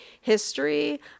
history